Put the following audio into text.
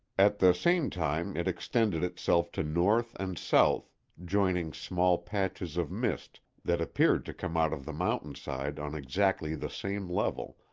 at the same time it extended itself to north and south, joining small patches of mist that appeared to come out of the mountainside on exactly the same level,